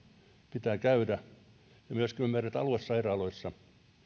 pitää käydä myöskin ymmärrän että aluesairaaloissa meillä oma lähellä